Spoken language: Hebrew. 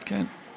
כן.